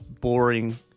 boring